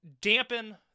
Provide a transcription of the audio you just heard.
dampen